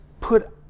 put